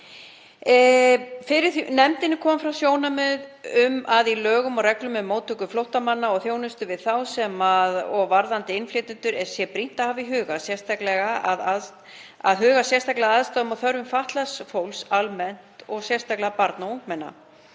Fyrir nefndinni komu fram sjónarmið um að í lögum og reglum um móttöku flóttamanna og þjónustu við þá sem og varðandi innflytjendur sé brýnt að huga sérstaklega að aðstæðum og þörfum fatlaðs fólks almennt og sérstaklega barna og ungmenna.